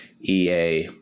EA